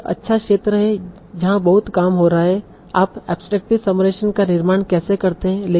तो यह अच्छा क्षेत्र है जहां बहुत काम हो रहा है कि आप एब्सट्रेकटिव समराइजेशन का निर्माण कैसे करते हैं